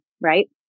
right